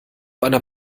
einer